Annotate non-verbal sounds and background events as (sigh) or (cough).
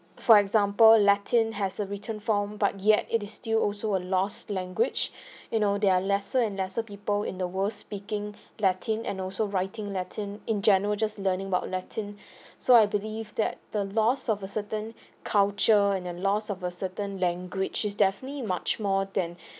for example latin has a written form but yet it is still also a lost language (breath) you know there are lesser and lesser people in the world's speaking latin and also writing latin in general just learning about latin (breath) so I believe that the loss of a certain culture and the loss of a certain language is definitely much more than (breath)